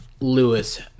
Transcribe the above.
Lewis